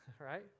right